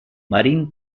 marine